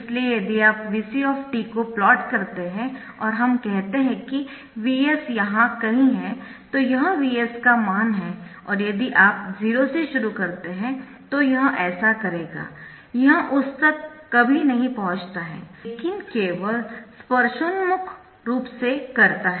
इसलिए यदि आप Vc को प्लॉट करते है और हम कहते है कि Vs यहाँ कहीं है तो यह Vs का मान है और यदि आप 0 से शुरू करते है तो यह ऐसा करेगा यह उस तक कभी नहीं पहुँचता है लेकिन केवल स्पर्शोन्मुख रूप से करता है